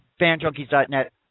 FanJunkies.net